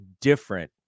different